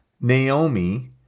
Naomi